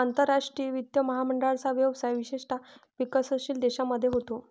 आंतरराष्ट्रीय वित्त महामंडळाचा व्यवसाय विशेषतः विकसनशील देशांमध्ये होतो